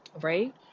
right